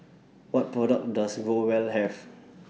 What products Does Growell Have